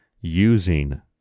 using